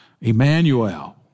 Emmanuel